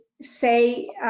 say